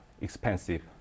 expensive